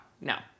No